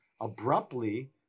abruptly